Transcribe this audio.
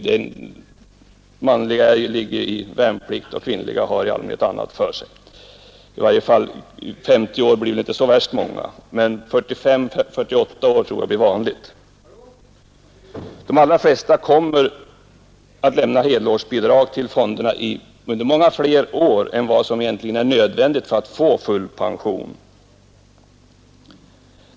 De manliga har värnplikt och de kvinnliga har i allmänhet annat för sig under en del år. I varje fall blir det inte 50 år för så värst många, men 45—48 år tror jag blir vanligt. De allra flesta kommer att lämna helårsbidrag till fonderna under många fler år än som egentligen är nödvändigt för att få full pension.